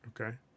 Okay